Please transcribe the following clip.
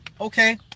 Okay